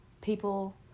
people